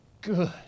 good